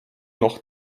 noch